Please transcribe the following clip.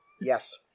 Yes